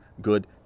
good